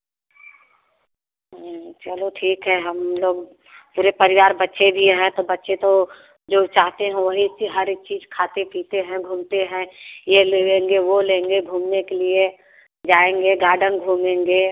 चलो ठीक है हम लोग पूरे परिवार बच्चे भी हैं तो बच्चे तो जो चाहते हैं वही हर एक चीज़ खाते पीते हैं घूमते हैं यह लेंगे वह लेंगे घूमने के लिए जाएँगे गार्डन घूमेंगे